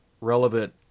relevant